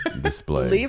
display